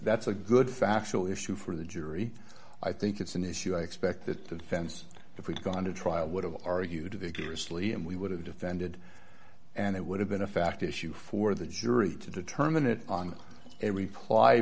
that's a good factual issue for the jury i think it's an issue i expect that the defense if we'd gone to trial would have argued a vigorous liam we would have defended and it would have been a fact issue for the jury to determine it on a reply